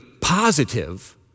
positive